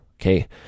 Okay